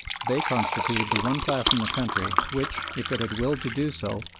they constituted the one class in the country which, if it had willed to do so,